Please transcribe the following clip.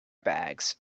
bags